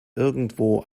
irgendwo